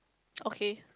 okay